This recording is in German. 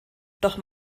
doch